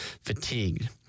fatigued